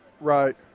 Right